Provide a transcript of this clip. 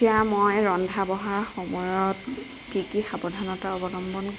এতিয়া মই ৰন্ধা বঢ়া সময়ত কি কি সাৱধানতা অৱলম্বন